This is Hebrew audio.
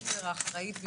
האחראית,